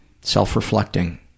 self-reflecting